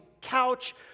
couch